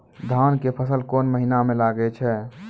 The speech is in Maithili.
धान के फसल कोन महिना म लागे छै?